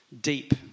deep